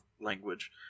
language